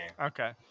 okay